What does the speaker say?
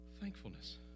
Thankfulness